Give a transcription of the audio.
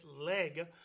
leg